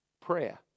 prayer